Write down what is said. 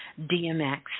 DMX